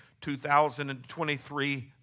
2023